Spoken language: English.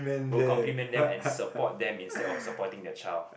will compliment them and support them instead of supporting the child